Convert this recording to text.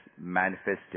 manifested